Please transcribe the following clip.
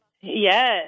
Yes